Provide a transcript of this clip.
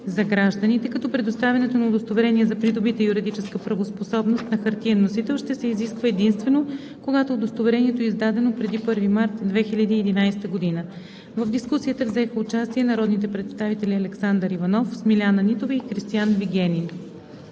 за гражданите, като предоставянето на удостоверение за придобита юридическа правоспособност на хартиен носител ще се изисква единствено когато удостоверението е издадено преди 1 март 2011 г. В дискусията взеха участие народните представители Александър Иванов, Смиляна Нитова и Кристиан Вигенин.